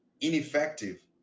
ineffective